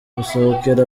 gusohokera